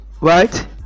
right